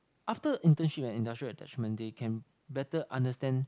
after internship and industrial attachment they can better understand